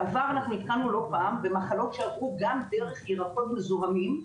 בעבר עדכנו לא פעם במחלות שעברו גם דרך ירקות מזוהמים,